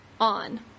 on